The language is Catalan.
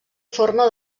forma